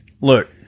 Look